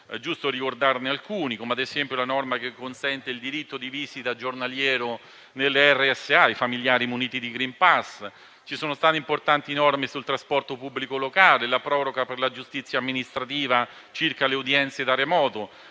È giusto ricordarne alcuni, come, ad esempio, la norma che consente il diritto di visita giornaliero nelle RSA ai familiari muniti di *green pass*. Ci sono state importanti norme sul trasporto pubblico locale, la proroga per la giustizia amministrativa circa le udienze da remoto,